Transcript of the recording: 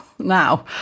Now